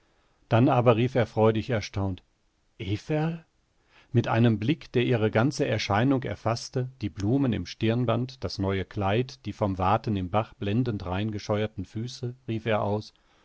dann aber rief er freudig erstaunt everl mit einem blick der ihre ganze erscheinung erfaßte die blumen im stirnband das neue kleid die vom waten im bach blendend rein gescheuerten füße rief er aus